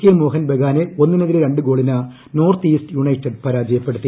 K Mohun ബഗാനെ ഒന്നിനെതിരെ രണ്ട് ഗോളിന് നോർത്ത് ഈസ്റ്റ് യുണൈറ്റഡ് പരാജയപ്പെടുത്തി